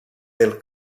del